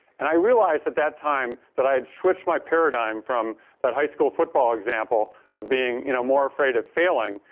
and i realized at that time that i had switched my paradigm from that high school football example of being you know more afraid of failing.